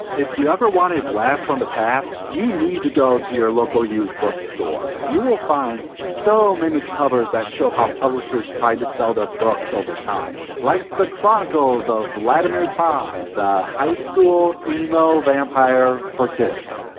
if you ever want a blast from the past you need to go to your local used bookstore. you will find so many covers that show how publishers tried to sell their books over time. like the chronicles of vladimir tod. the high-school-emo-vampire for kids.